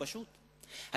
פשוט,